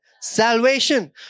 salvation